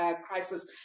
crisis